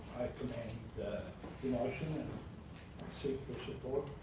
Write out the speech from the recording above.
commend the the motion and seek your support.